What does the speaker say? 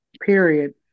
Period